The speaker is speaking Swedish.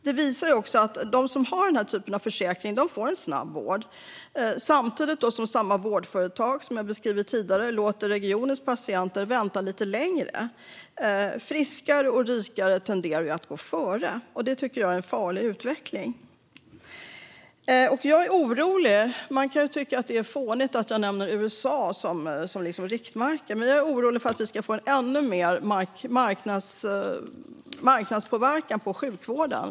Det visar sig också att de som har den här typen av försäkringar får snabb vård, medan samma vårdföretag, som jag beskrivit tidigare, låter regionens patienter vänta lite längre. Friskare och rikare tenderar att gå före. Det tycker jag är en farlig utveckling. Jag är orolig. Man kan tycka att det är fånigt att jag nämner USA som riktmärke, men jag är orolig för att vi ska få ännu mer marknadspåverkan på sjukvården.